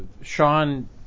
Sean